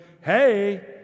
hey